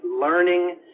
learning